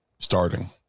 starting